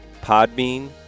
Podbean